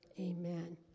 Amen